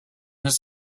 his